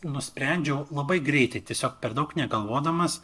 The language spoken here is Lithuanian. nusprendžiau labai greitai tiesiog per daug negalvodamas